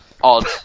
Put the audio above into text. Odd